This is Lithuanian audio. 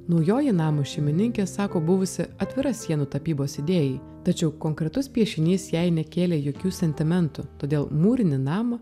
naujoji namo šeimininkė sako buvusi atvira sienų tapybos idėjai tačiau konkretus piešinys jai nekėlė jokių sentimentų todėl mūrinį namą